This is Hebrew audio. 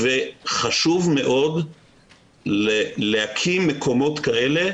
חשוב מאוד להקים מקומות כאלה,